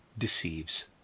deceives